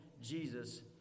Jesus